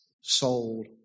sold